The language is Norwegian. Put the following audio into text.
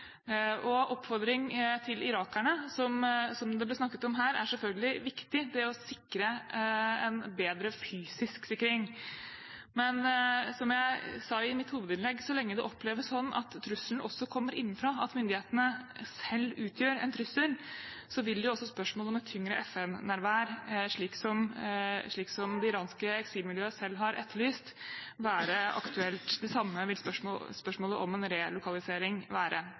Oppfordring til irakerne, som det ble snakket om her, om å sikre en bedre fysisk sikring, er selvfølgelig viktig. Men som jeg sa i mitt hovedinnlegg: Så lenge det oppleves sånn at trusselen også kommer innenfra, at myndighetene selv utgjør en trussel, vil også spørsmålet om et tyngre FN-nærvær, slik som det iranske eksilmiljøet selv har etterlyst, være aktuelt. Det samme vil spørsmålet om en relokalisering være.